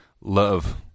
love